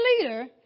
leader